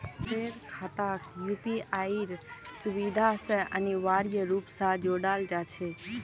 बैंकेर खाताक यूपीआईर सुविधा स अनिवार्य रूप स जोडाल जा छेक